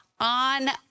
on